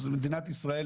אז מדינת ישראל,